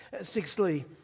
Sixthly